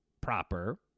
proper